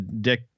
Dick